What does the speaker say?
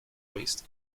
waste